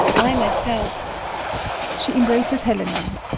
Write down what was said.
i myself she embraces helena